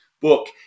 book